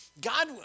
God